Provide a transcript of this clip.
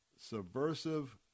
subversive